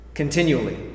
Continually